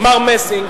מר מסינג,